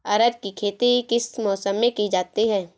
अरहर की खेती किस मौसम में की जाती है?